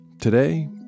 Today